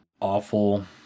awful